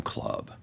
Club